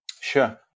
Sure